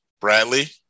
Bradley